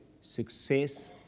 success